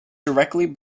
directly